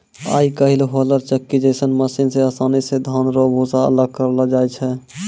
आय काइल होलर चक्की जैसन मशीन से आसानी से धान रो भूसा अलग करलो जाय छै